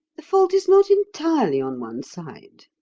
the fault is not entirely on one side.